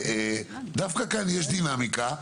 דווקא כאן יש דינמיקה,